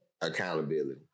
accountability